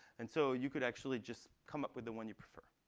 and so you could actually just come up with the one you prefer.